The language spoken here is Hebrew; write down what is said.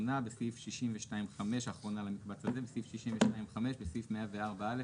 בסעיף 62(5) בסעיף 104א,